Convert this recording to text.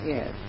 Yes